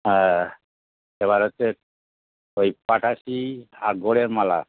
হ্যাঁ এবার হচ্ছে ওই পাটাশি আর গোড়ের মালা